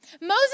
Moses